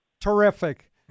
Terrific